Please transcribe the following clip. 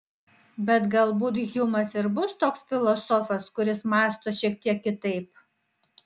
bet galbūt hjumas ir bus toks filosofas kuris mąsto šiek tiek kitaip